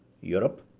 Europe